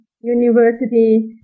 university